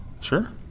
Sure